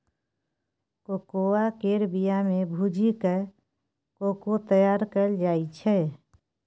cocoa केर बिया केँ भूजि कय कोको तैयार कएल जाइ छै